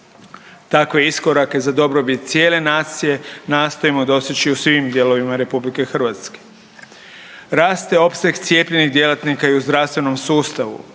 Takve iskorake za dobrobit cijele nacije, nastojimo doseći u svim dijelovima RH. Raste opseg cijepljenih djelatnika i u zdravstvenom sustavu.